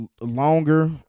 longer